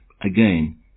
Again